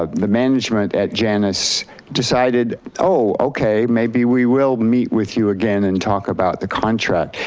ah the management at janus decided, oh okay, maybe we will meet with you again and talk about the contract.